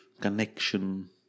connection